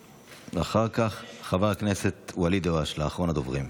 ואחריו, חבר הכנסת ואליד אלהואשלה, אחרון הדוברים.